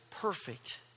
perfect